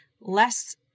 less